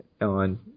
on